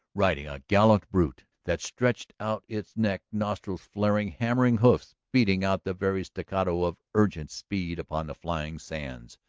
riding a gallant brute that stretched out its neck, nostrils flaring, hammering hoofs beating out the very staccato of urgent speed upon the flying sands.